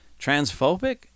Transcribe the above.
transphobic